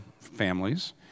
families